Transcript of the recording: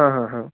हां हां हां